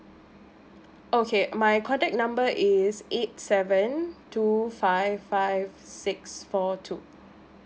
okay uh my contact number is eight seven two five five six four two